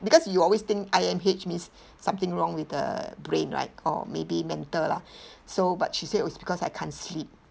because you always think I_M_H means something wrong with the brain right or maybe mental lah so but she said it was because I can't sleep